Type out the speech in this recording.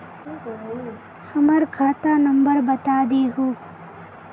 हमर खाता नंबर बता देहु?